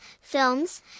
films